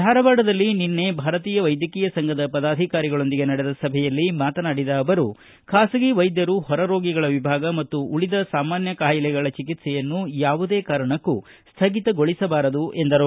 ಧಾರವಾಡದಲ್ಲಿ ನಿನ್ನೆ ಭಾರತೀಯ ವೈದ್ಯಕೀಯ ಸಂಘದ ಪದಾಧಿಕಾರಿಗಳೊಂದಿಗೆ ನಡೆದ ಸಭೆಯಲ್ಲಿ ಮಾತನಾಡಿದ ಅವರು ಬಾಸಗಿ ವೈದ್ಯರು ಹೊರ ರೋಗಿಗಳ ವಿಭಾಗ ಮತ್ತು ಉಳಿದ ಸಾಮಾನ್ಯ ಖಾಯಿಲೆಗಳ ಚಿಕಿತ್ಸೆಯನ್ನು ಯಾವುದೇ ಕಾರಣಕ್ಕೂ ಸ್ವಗಿತಗೊಳಿಸಬಾರದು ಎಂದರು